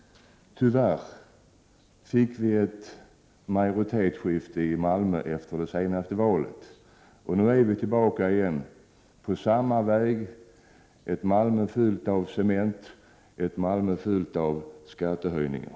Tyvärr fick vi ett majoritetsskifte i Malmö efter det senaste valet, och nu är vi tillbaka igen på samma väg: ett Malmö fullt av cement och ett Malmö fullt av skattehöjningar.